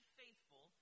faithful